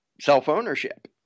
self-ownership